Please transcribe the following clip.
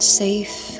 safe